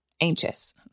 anxious